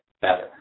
better